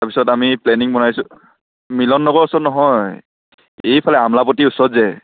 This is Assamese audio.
তাৰপিছত আমি প্লেনিং বনাইছোঁ মিলন নগৰ ওচৰত নহয় এইফালে আমলাপট্টি ওচৰত যে